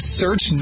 search